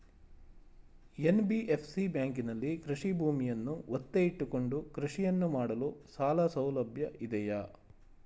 NBFC ಬ್ಯಾಂಕಿನಲ್ಲಿ ಕೃಷಿ ಭೂಮಿಯನ್ನು ಒತ್ತೆ ಇಟ್ಟುಕೊಂಡು ಕೃಷಿಯನ್ನು ಮಾಡಲು ಸಾಲಸೌಲಭ್ಯ ಇದೆಯಾ?